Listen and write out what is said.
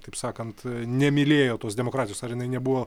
taip sakant nemylėjo tos demokratijos ar jinai nebuvo